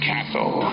Castle